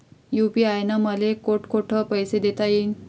UPI न मले कोठ कोठ पैसे देता येईन?